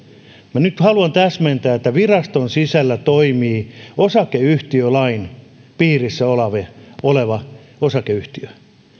minä nyt haluan täsmentää että viraston sisällä toimii osakeyhtiölain piirissä oleva osakeyhtiö